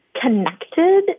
connected